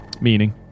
Meaning